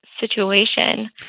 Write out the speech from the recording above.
Situation